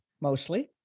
mostly